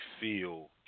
feel